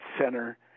center